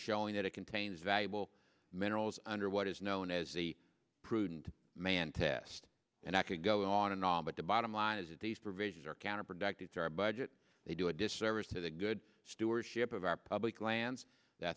showing that it contains valuable minerals under what is known as a prudent man test and i could go on and on but the bottom line is that these provisions are counterproductive to our budget they do a disservice to the good stewardship of our public lands that